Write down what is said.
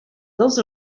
dels